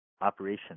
operation